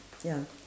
ya